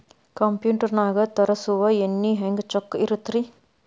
Computer ನಾಗ ತರುಸುವ ಎಣ್ಣಿ ಹೆಂಗ್ ಚೊಕ್ಕ ಇರತ್ತ ರಿ?